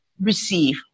Receive